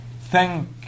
thank